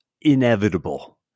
inevitable